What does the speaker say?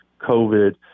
COVID